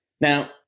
Now